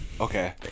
Okay